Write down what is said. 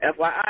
FYI